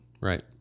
Right